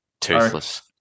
toothless